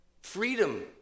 freedom